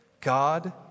God